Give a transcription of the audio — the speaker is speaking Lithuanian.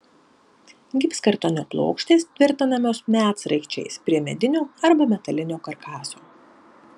gipskartonio plokštės tvirtinamos medsraigčiais prie medinio arba metalinio karkaso